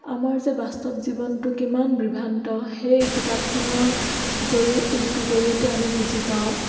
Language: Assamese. আমাৰ যে বাস্তৱ জীৱনটো কিমান বিভ্ৰান্ত সেই কিতাপখনৰ জৰিয়তে আমি বুজি পাওঁ